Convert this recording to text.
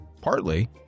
partly